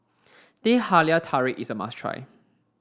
Teh Halia Tarik is a must try